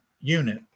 unit